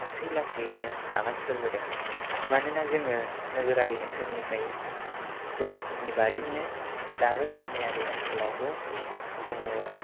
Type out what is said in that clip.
लासै लासैयैनो आगान सुरबोदों मानोना जोङो नोगोरारि ओनसोलनिफ्राय बोरनि बादिनो दाबो गामियारि ओनसोलावबो जोङो